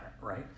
right